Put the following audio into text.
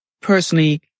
personally